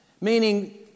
Meaning